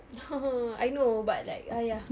I know but like !haiya!